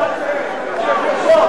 זה בושה, זה לא ייאמן.